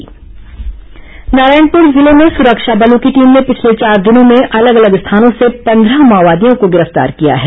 माओवादी गिरफ्तार नारायणपुर जिले में सुरक्षा बलों की टीम ने पिछले चार दिनों में अलग अलग स्थानों से पन्द्रह माओवादियों को गिरफ्तार किया है